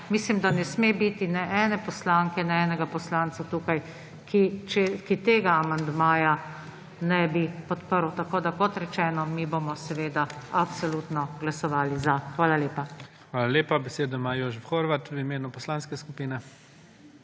Mislim, da ne sme biti ne ene poslanke ne enega poslanca tukaj, ki tega amandmaja ne bi podprl. Tako, kot rečeno, mi bomo seveda absolutno glasovali za. Hvala lepa. **PREDSEDNIK IGOR ZORČIČ:** Hvala lepa. Besedo ima Jožef Horvat v imenu poslanske skupine.